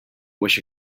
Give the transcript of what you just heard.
wish